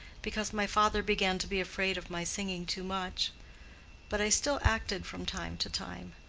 because my father began to be afraid of my singing too much but i still acted from time to time.